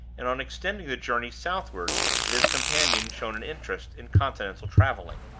and on extending the journey southward if his companion showed an interest in continental traveling.